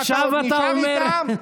אחרי צרור העצות האלה,